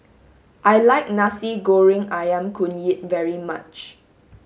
I like Nasi Goreng Ayam Kunyit very much